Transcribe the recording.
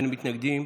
אין מתנגדים,